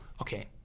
okay